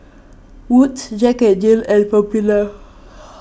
Wood's Jack N Jill and Popular